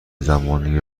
زمانی